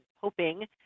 hoping